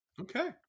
okay